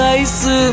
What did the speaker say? ice